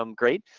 um great.